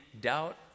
doubt